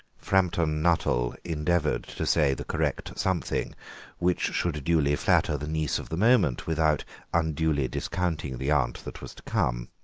framton nuttel endeavoured to say the correct something which should duly flatter the niece of the moment without unduly discounting the aunt that was to come.